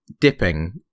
dipping